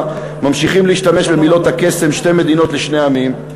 ממשיכים להשתמש במילות הקסם "שתי מדינות לשני עמים",